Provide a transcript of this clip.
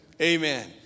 Amen